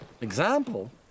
Example